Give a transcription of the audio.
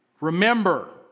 Remember